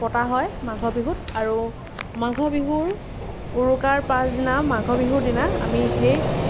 পতা হয় মাঘ বিহুত আৰু মাঘ বিহুৰ উৰুকাৰ পাছদিনা মাঘ বিহুৰ দিনা আমি সেই